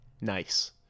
Nice